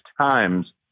times